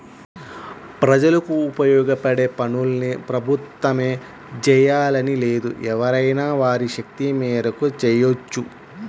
ప్రజలకు ఉపయోగపడే పనుల్ని ప్రభుత్వమే జెయ్యాలని లేదు ఎవరైనా వారి శక్తి మేరకు చెయ్యొచ్చు